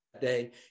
day